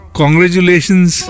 congratulations